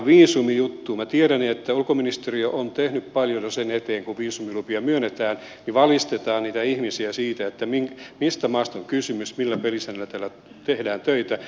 minä tiedän että ulkoministeriö on jo tehnyt paljon sen eteen että kun viisumilupia myönnetään niin valistetaan niitä ihmisiä siitä mistä maasta on kysymys millä pelisäännöillä täällä tehdään töitä